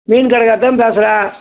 மீன் கடைக்காரர் தான் பேசுகிறேன்